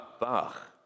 Bach